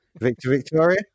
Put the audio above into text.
Victoria